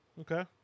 Okay